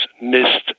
missed